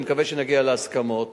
אני מקווה שנגיע להסכמות.